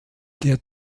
der